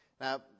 Now